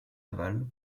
aval